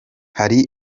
hari